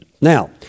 Now